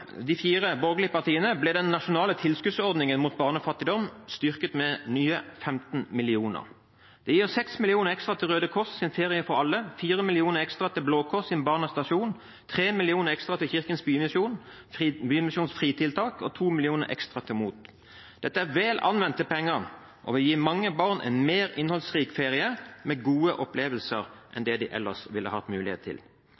de fire borgerlige partiene ble den nasjonale tilskuddsordningen mot barnefattigdom styrket med nye 15 mill. kr. Vi gir 6 mill. kr ekstra til Røde Kors’ Ferie for alle, 4 mill. kr ekstra til Blå Kors’ Barnas Stasjon, 3 mill. kr ekstra til Kirkens Bymisjons FRI-tiltak og 2 mill. kr ekstra til MOT. Dette er vel anvendte penger og vil gi mange barn en mer innholdsrik feire med gode opplevelser enn de ellers ville hatt mulighet til.